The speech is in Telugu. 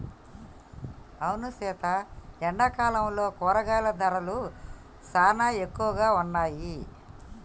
అవును సీత ఎండాకాలంలో కూరగాయల ధరలు సానా ఎక్కువగా ఉన్నాయి